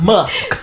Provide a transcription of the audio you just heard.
Musk